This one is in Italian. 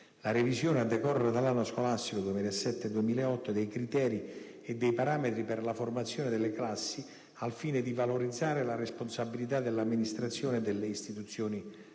la revisione, a decorrere dall'anno scolastico 2007-2008, dei criteri e dei parametri per la formazione delle classi, al fine di valorizzare la responsabilità dell'amministrazione e delle istituzioni scolastiche